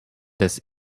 this